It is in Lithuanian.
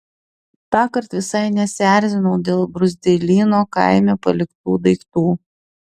tąkart visai nesierzinau dėl bruzdeilyno kaime paliktų daiktų